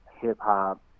hip-hop